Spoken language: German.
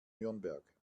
nürnberg